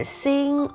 sing